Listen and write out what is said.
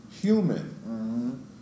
Human